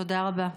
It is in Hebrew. תודה רבה.